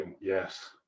yes